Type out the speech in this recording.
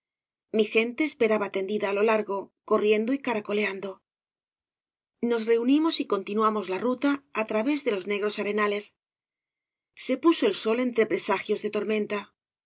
mi gente esperaba tendida á lo largo corriendo y caracoleando nos reunimos cg obras de valle inclan y continuamos la ruta á través de los negros arenales se puso el sol entre presagios de tormenta